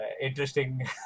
interesting